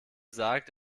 sagt